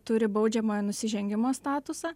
turi baudžiamojo nusižengimo statusą